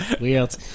Weird